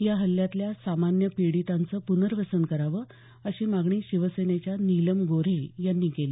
या हल्ल्यातल्या सामान्य पीडितांचं पुनर्वसन करावं अशी मागणी शिवसेनेच्या नीलम गोऱ्हे यांनी केली